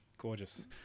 gorgeous